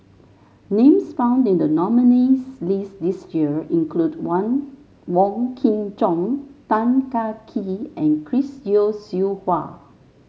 names found in the nominees' list this year include Wang Wong Kin Jong Tan Kah Kee and Chris Yeo Siew Hua